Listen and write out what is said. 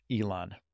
Elon